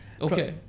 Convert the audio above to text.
Okay